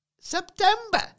September